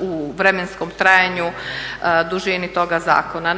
u vremenskom trajanju dužini toga zakona.